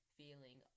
feeling